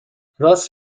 راست